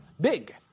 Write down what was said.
big